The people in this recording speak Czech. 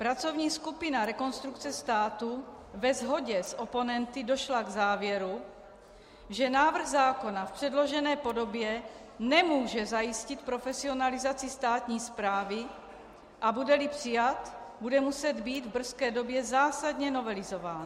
Pracovní skupina Rekonstrukce státu ve shodě s oponenty došla k závěru, že návrh zákona v předložené podobě nemůže zajistit profesionalizaci státní správy, a budeli přijat, bude muset být v brzké době zásadně novelizován.